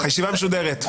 הישיבה משודרת.